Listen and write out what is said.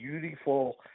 beautiful